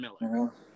Miller